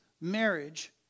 marriage